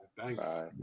Thanks